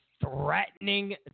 threatening